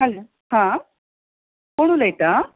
hello आं कोण उलयता